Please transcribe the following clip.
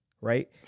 right